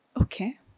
okay